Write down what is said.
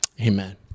amen